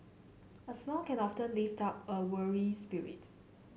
a smile can often lift up a weary spirit